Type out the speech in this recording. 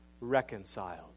reconciled